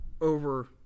over